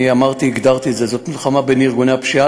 אני הגדרתי את זה, זאת מלחמה בין ארגוני הפשיעה.